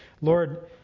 Lord